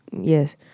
yes